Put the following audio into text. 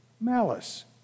malice